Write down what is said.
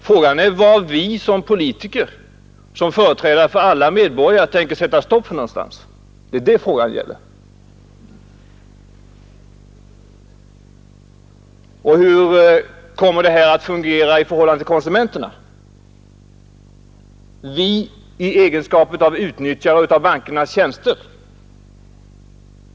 Frågan är var vi som politiker, som företrädare för alla medborgare, tänker sätta stopp. Och hur kommer det här att fungera i förhållande till konsumenterna i egenskap av utnyttjare av bankernas tjänster?